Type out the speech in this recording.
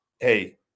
hey